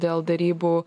dėl derybų